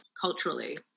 culturally